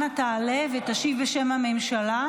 אנא תעלה ותשיב בשם הממשלה